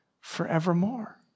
forevermore